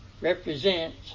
represents